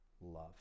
love